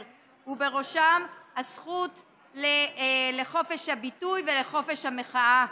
ובראשן הזכות לחופש הביטוי ולחופש המחאה.